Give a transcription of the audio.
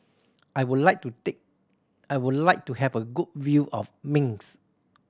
I would like to take I would like to have a good view of Minsk